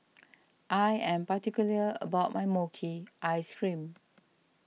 I am particular about my Mochi Ice Cream